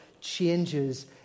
changes